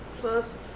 plus